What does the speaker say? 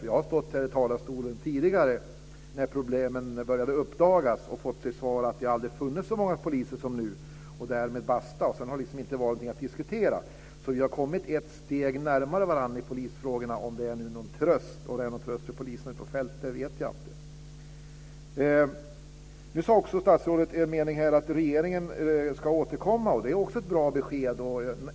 Jag har stått här i talarstolen tidigare, när problemen började uppdagas, och fått till svar att det aldrig har funnits så många poliser som nu, och därmed basta. Sedan har det liksom inte varit någonting att diskutera. Så vi har kommit ett steg närmare varandra i polisfrågorna. Om det är någon tröst för poliserna på fältet vet jag inte. Statsrådet sade i en mening att regeringen ska återkomma. Det är också ett bra besked.